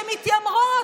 שמתיימרות,